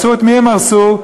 את מי הם הרסו?